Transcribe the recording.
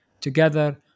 together